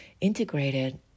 integrated